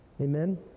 Amen